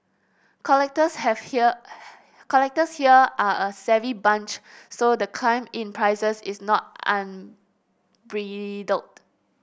collectors have here collectors here are a savvy bunch so the climb in prices is not unbridled